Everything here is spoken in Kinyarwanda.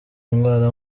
ndwara